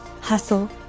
hustle